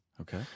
Okay